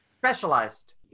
Specialized